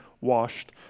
washed